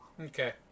Okay